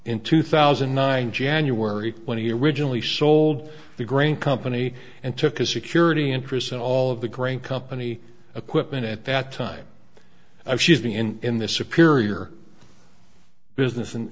in two thousand and nine january when he originally sold the grain company and took a security interest in all of the grain company equipment at that time i she's been in the superior business and